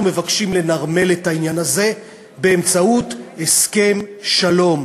אנחנו מבקשים לנרמל את העניין הזה באמצעות הסכם שלום.